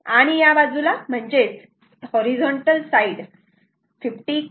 आणि या बाजूला म्हणजेच हॉरिझॉन्टल साईड 50 cos 52